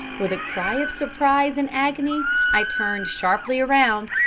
with a cry of surprise and agony i turned sharply round,